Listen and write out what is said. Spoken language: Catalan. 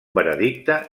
veredicte